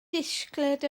disgled